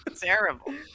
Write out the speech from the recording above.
Terrible